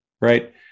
right